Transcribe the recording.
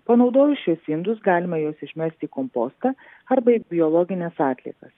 panaudojus šiuos indus galima juos išmesi į kompostą arba į biologines atliekas